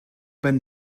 been